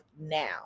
now